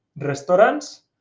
restaurants